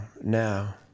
now